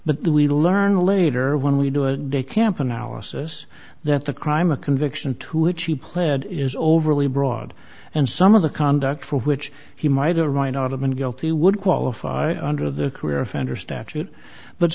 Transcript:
but we learn later when we do a day camp analysis that the crime a conviction to which he pled is overly broad and some of the conduct for which he might or might not have been guilty would qualify under the career